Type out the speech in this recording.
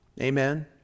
Amen